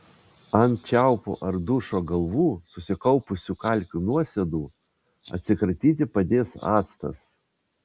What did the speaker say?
ant čiaupų ar dušo galvų susikaupusių kalkių nuosėdų atsikratyti padės actas